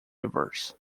rivers